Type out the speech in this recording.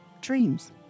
Dreams